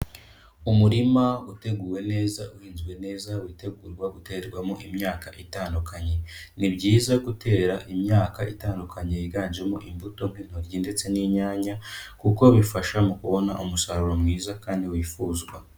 Umurima uteguwe neza, uhinzwe neza witegurwa guterwamo imyaka itandukanye. Ni byiza gutera imyaka itandukanye yiganjemo imbuto nk'itoryi ndetse n'inyanya kuko bifasha mu kubona umusaruro mwiza kandi wifuzwa.